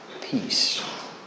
peace